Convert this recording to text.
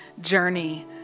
journey